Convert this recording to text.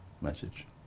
message